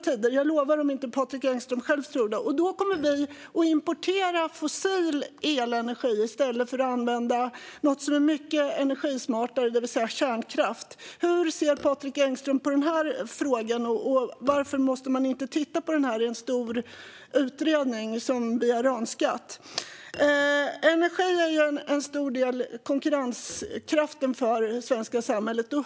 Det kan jag lova om inte Patrik Engström själv tror det. Då kommer vi att importera fossil elenergi i stället för att använda något som är mycket energismartare, det vill säga kärnkraft. Hur ser Patrik Engström på den här frågan? Varför tittar man inte på detta i en stor utredning, som vi har önskat? Energi är en stor del i konkurrenskraften för det svenska samhället.